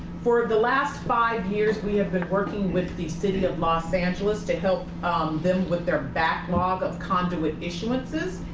for the last five years, we have been working with the city of los angeles to help them with their backlog of conduit issuances.